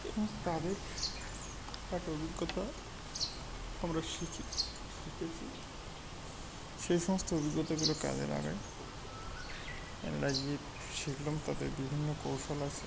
এবং তাদের একটা অভিজ্ঞতা আমরা শিখি শিখেছি সেই সমস্ত অভিজ্ঞতাগুলো কাজে লাগাই লাগিয়ে শিখলাম তাদের বিভিন্ন কৌশল আছে